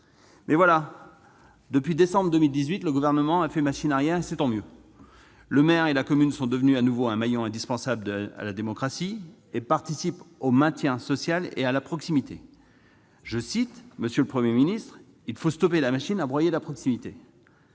Mais voilà, depuis décembre 2018, le Gouvernement a fait machine arrière et c'est tant mieux. La commune, avec son maire, est redevenue un maillon indispensable à la démocratie, en participant au maintien du lien social et à la proximité. Je cite M. le Premier ministre :« Il faut stopper la machine à broyer la proximité.